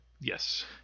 Yes